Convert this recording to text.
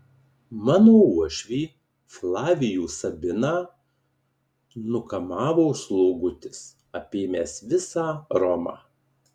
mano uošvį flavijų sabiną nukamavo slogutis apėmęs visą romą